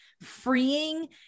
freeing